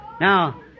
Now